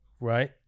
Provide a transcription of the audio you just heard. right